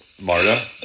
Marta